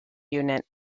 unit